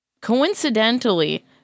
coincidentally